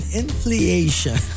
inflation